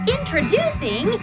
Introducing